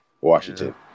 Washington